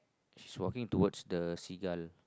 she's walking toward the seagull